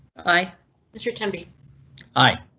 i miss your tempe high.